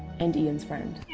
and ian's friend.